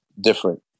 different